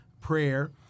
prayer